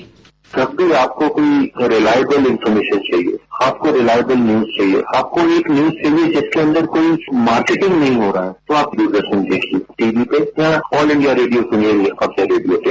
sound bite जब भी आपको कोई रिलायबल इन्फॉर्मेशन चाहिए आपको रिलायबल न्यूज चाहिए आपको एक न्यूज चाहिए जिसके अंदर कोई मार्केटिंग नहीं हो रहा है तो आप दूरदर्शन देखिए टीवी पे या ऑल इंडिया रेडियो सुनिए अपने रेडियो पर